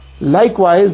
Likewise